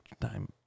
Time